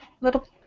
little